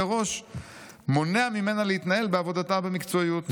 הראש מונע ממנה להתנהל בעבודתה במקצועיות".